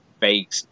fake